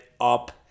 up